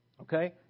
okay